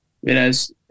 whereas